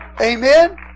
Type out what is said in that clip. Amen